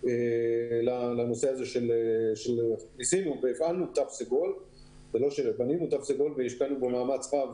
טכנולוגי לנושא הזה של --- ניסינו והפעלנו תו סגול והשקענו בו מאמץ רב